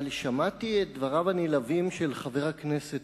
אבל שמעתי את דבריו הנלהבים של חבר הכנסת